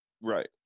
Right